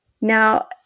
Now